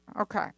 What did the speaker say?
Okay